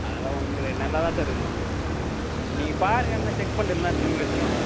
அதெல்லாம் ஒன்றும் கிடையாது நல்லா தான் சார் இருந்துருக்கும் நீங்கள் பாருங்கள் இல்லைன்னா செக் பண்ணிட்டு இல்லைன்னா திரும்பி எடுத்துன்னு வாங்க